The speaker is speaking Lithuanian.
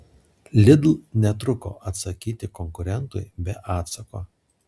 lidl netruko atsakyti konkurentui be atsako